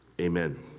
Amen